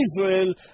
Israel